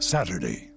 Saturday